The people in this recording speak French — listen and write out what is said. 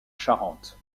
charente